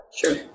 Sure